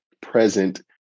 present